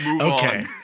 Okay